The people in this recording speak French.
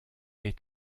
est